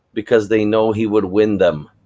because they know he would win them.